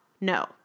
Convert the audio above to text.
No